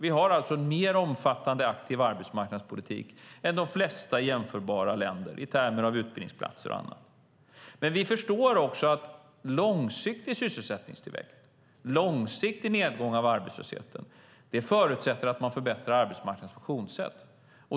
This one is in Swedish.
Vi har alltså en mer omfattande aktiv arbetsmarknadspolitik än de flesta jämförbara länder i termer av utbildningsplatser och annat. Men vi förstår också att långsiktig sysselsättningstillväxt och långsiktig nedgång av arbetslösheten förutsätter att man förbättrar arbetsmarknadens funktionssätt.